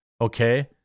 okay